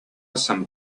some